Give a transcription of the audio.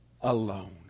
alone